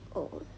oh